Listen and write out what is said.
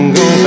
go